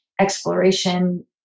exploration